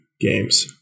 games